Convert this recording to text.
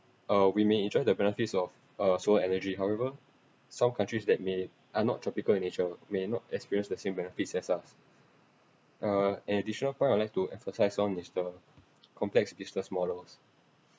uh we may enjoy the benefits of uh solar energy however some countries that may are not tropical in nature may not experience the same benefits as us uh and additional point I'd like to emphasise on is the complex business models